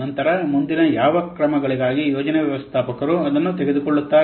ನಂತರ ಮುಂದಿನ ಯಾವ ಕ್ರಮಗಳಿಗಾಗಿ ಯೋಜನಾ ವ್ಯವಸ್ಥಾಪಕರು ಅದನ್ನು ತೆಗೆದುಕೊಳ್ಳುತ್ತಾರೆ